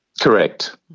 Correct